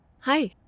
hi